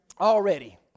already